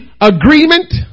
agreement